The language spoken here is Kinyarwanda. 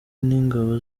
n’ingabo